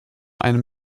einem